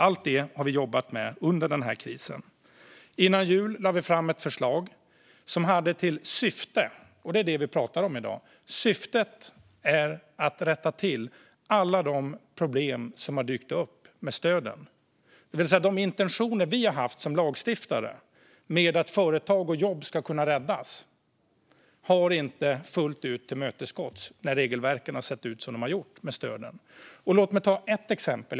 Allt det har vi jobbat med under krisen. Innan jul lade vi fram ett förslag som hade till syfte - det är vad vi pratar om i dag - att rätta till alla de problem som har dykt upp med stöden. De intentioner vi har haft som lagstiftare med att företag och jobb ska räddas har inte fullt ut tillmötesgåtts när regelverken har sett ut som de har gjort. Låt mig ge ett exempel.